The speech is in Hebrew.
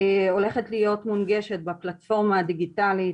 הולכת להיות מונגשת בפלטפורמה הדיגיטלית